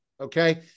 okay